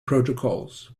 protocols